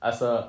Asa